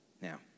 Now